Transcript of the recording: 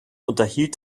unterhielt